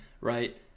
right